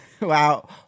Wow